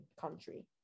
country